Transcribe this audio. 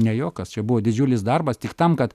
ne juokas čia buvo didžiulis darbas tik tam kad